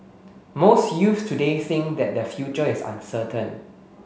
most youth today think that their future is uncertain